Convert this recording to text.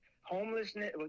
homelessness